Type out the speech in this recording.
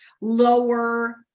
lower